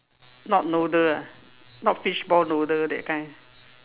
not noodle ah not fishball noodle that kind